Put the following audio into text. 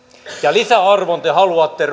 lisäarvon te haluatte